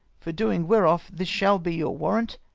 for doing whereof this shall be your warrant,